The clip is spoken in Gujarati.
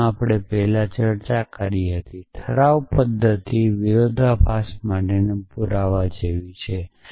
જેમ આપણે પહેલા ચર્ચા કરી હતી ઠરાવ પદ્ધતિ વિરોધાભાસ માટેના પુરાવા જેવી છે